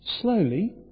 slowly